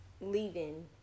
leaving